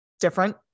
different